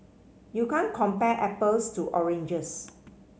you can't compare apples to oranges